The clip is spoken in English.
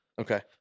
Okay